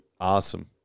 Awesome